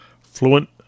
fluent